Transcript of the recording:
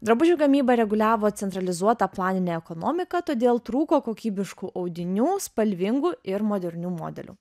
drabužių gamybą reguliavo centralizuota planinė ekonomika todėl trūko kokybiškų audinių spalvingų ir modernių modelių